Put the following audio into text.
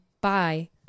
Bye